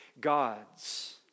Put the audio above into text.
God's